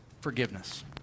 forgiveness